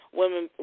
women